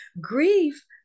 grief